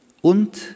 und